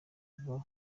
bwo